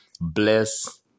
bless